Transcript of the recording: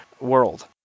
world